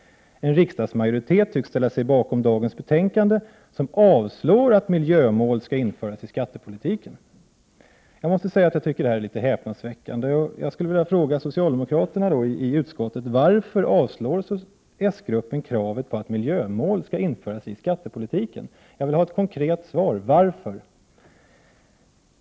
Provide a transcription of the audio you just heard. En riksdagsmajoritet tycks ställa sig bakom dagens betänkande, i vilket majoriteten avstyrker att miljömål skall införas i skattepolitiken. Det tycker jag är häpnadsväckande. Varför avstyrker socialdemokraterna i skatteutskottet kravet på att miljömål skall införas i skattepolitiken? Jag vill få ett konkret svar på den frågan.